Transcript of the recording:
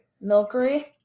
Milky